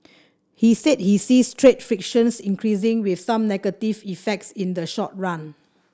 he said he sees trade frictions increasing with some negative effects in the short run